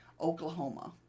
Oklahoma